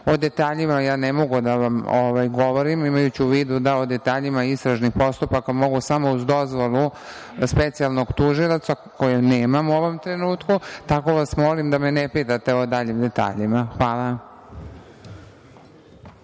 detaljima ja ne mogu da vam govorim, imajući u vidu da o detaljima istražnih postupaka mogu samo uz dozvolu specijalnog tužioca, koju nemam u ovom trenutku, tako da vas molim da me ne pitate o daljim detaljima. Hvala.